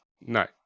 No